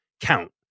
count